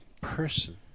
person